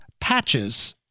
patches